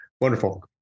wonderful